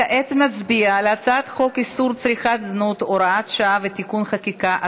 כעת נצביע על הצעת חוק איסור צריכת זנות (הוראת שעה ותיקון חקיקה),